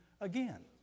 again